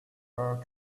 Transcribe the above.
her